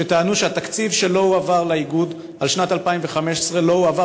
שטענו שהתקציב שלא הועבר לאיגוד על שנת 2015 לא הועבר